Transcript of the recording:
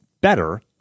better